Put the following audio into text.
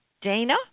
Dana